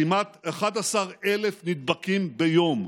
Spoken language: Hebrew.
כמעט 11,000 נדבקים ביום.